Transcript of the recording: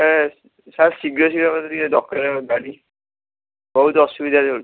sir sir ଶୀଘ୍ର ଶୀଘ୍ର ହେବ ଯଦି ଟିକେ ଦରକାର ଗାଡ଼ି ବହୁତ ଅସୁବିଧାରେ ଚଳୁୁଛି